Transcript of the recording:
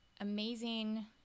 amazing